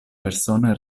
persone